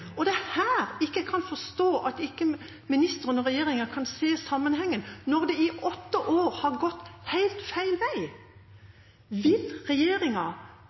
Og det er her jeg ikke kan forstå at statsråden og regjeringa ikke kan se sammenhengen når det i åtte år har gått helt feil vei. Vil regjeringa